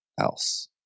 else